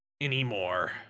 anymore